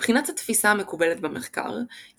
מבחינת התפיסה המקובלת במחקר,